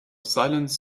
silence